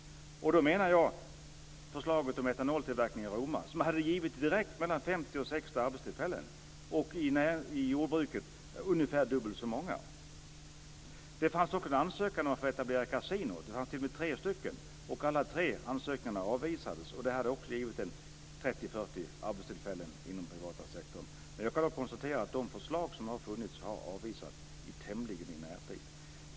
Då menar jag förslaget om etanoltillverkning i Roma. Det hade direkt givit mellan 50 och 60 arbetstillfällen och ungefär dubbelt så många i jordbruket. Det fanns också tre ansökningar om att få etablera kasinon, men alla tre avvisades. Det hade också givit 30-40 arbetstillfällen inom den privata sektorn. Jag konstaterar att de förslag som har funnits har avvisats, tämligen i närtid.